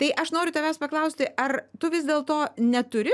tai aš noriu tavęs paklausti ar tu vis dėlto neturi